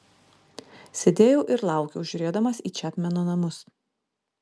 sėdėjau ir laukiau žiūrėdamas į čepmeno namus